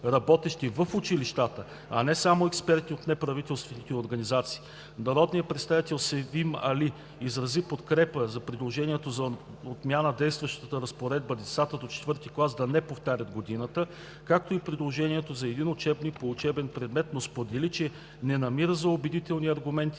работещи в училищата, а не само експерти от неправителствени организации. Народният представител Севим Али изрази подкрепа за предложението за отмяна на действащата разпоредба „децата до IV клас да не повтарят годината“, както и предложението за един учебник по учебен предмет, но сподели, че не намира за убедителни аргументите